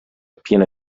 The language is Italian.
piena